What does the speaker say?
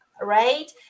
right